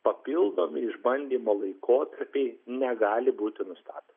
papildomi išbandymo laikotarpiai negali būti nustatomi